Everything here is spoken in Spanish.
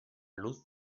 luz